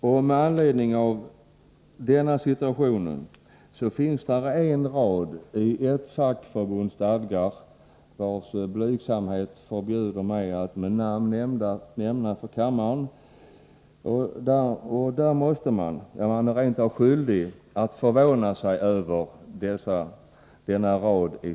Ett fackförbund, vars namn min blygsamhet förbjuder mig att nämna för kammaren, har i sina stadgar en rad som man måste förvåna sig över — ja, man är rent av skyldig att förvåna sig över denna rad.